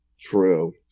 True